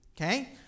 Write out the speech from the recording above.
Okay